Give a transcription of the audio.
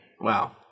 wow